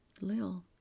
Lil